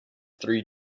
three